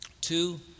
Two